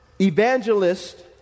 evangelist